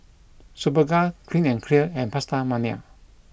Superga Clean and Clear and PastaMania